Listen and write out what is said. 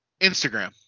Instagram